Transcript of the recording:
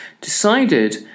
decided